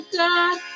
god